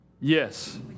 yes